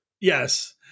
yes